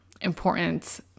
important